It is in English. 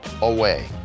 away